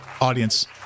audience